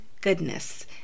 goodness